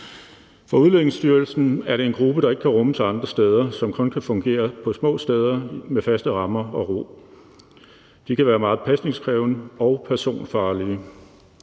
For Udlændingestyrelsen er det en gruppe, der ikke kan rummes andre steder, og som kun kan fungere på små steder med faste rammer og ro. De kan være meget pasningskrævende og personfarlige.